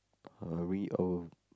uh we will